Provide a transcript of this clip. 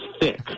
thick